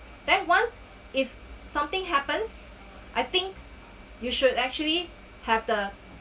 then once if something happens I think you should actually have the